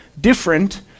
different